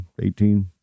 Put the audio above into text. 18